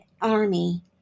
army